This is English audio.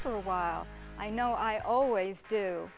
for a while i know i always do